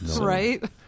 Right